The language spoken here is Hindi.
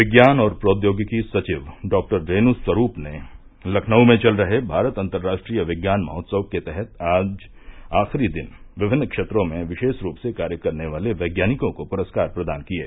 विज्ञान और प्रौद्योगिकी सचिव डॉक्टर रेनू स्वरूप ने लखनऊ में चल रहे भारत अंतर्राष्ट्रीय विज्ञान महोत्सव के तहत आज आखिरी दिन विभिन्न क्षेत्रों में विशेष रूप से कार्य करने वाले वैज्ञानिकों को पुरस्कार प्रदान किये